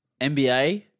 NBA